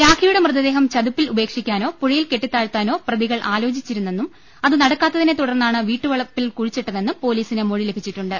രാഖിയുടെ മൃതദേഹം ചതുപ്പിൽ ഉപേക്ഷിക്കാനോ പുഴയിൽ കെട്ടിത്താ ഴ്ത്താനോ പ്രതികൾ ആലോചിച്ചിരുന്നെന്നും അത് നടക്കാത്തതിനെ തുടർന്നാണ് വീട്ടുവളപ്പിൽ കുഴിച്ചിട്ടതെന്നും പൊലീസിന് മൊഴി ലഭിച്ചി ട്ടുണ്ട്